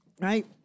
Right